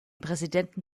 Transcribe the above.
präsidenten